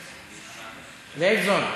אה, חשבתי שאתה רוצה, לייבזון,